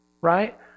Right